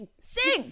sing